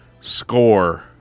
score